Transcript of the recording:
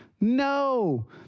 No